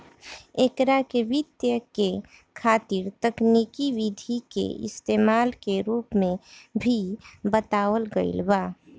एकरा के वित्त के खातिर तकनिकी विधि के इस्तमाल के रूप में भी बतावल गईल बा